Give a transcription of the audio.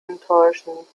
enttäuschen